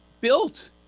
built